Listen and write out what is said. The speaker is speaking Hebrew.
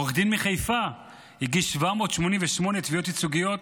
עורך דין מחיפה הגיש 788 תביעות ייצוגיות